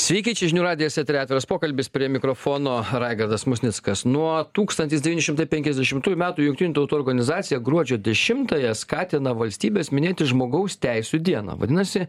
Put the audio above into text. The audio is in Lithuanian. sveiki čia žinių radijas eteryje atviras pokalbis prie mikrofono raigardas musnickas nuo tūkstantis devyni šimtai penkiasdešimtųjų metų jungtinių tautų organizacija gruodžio dešimtąją skatina valstybes minėti žmogaus teisių dieną vadinasi